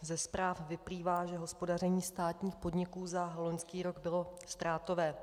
Ze zpráv vyplývá, že hospodaření státních podniků za loňský rok bylo ztrátové.